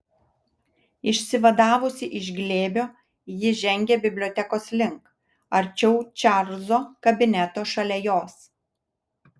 išsivadavusi iš glėbio ji žengė bibliotekos link arčiau čarlzo kabineto šalia jos